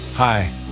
Hi